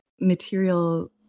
material